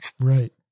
Right